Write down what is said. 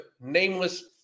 nameless